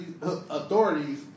authorities